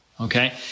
Okay